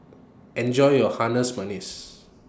Enjoy your Manis